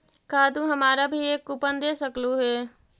का तू हमारा भी एक कूपन दे सकलू हे